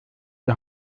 die